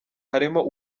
harimo